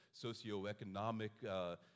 socioeconomic